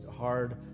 hard